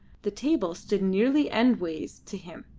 the table stood nearly endways to him,